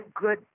good